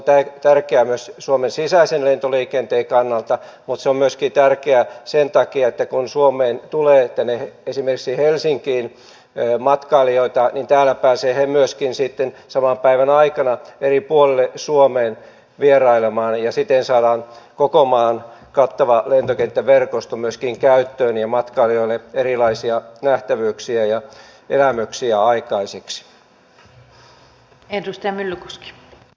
se on tärkeää suomen sisäisen lentoliikenteen kannalta mutta se on tärkeää myöskin sen takia että kun suomeen esimerkiksi helsinkiin tulee matkailijoita niin täällä he pääsevät myöskin sitten saman päivän aikana eri puolille suomeen vierailemaan ja siten saadaan koko maan kattava lentokenttäverkosto myöskin käyttöön ja matkailijoille erilaisia nähtävyyksiä ja elämyksiä aikaiseksi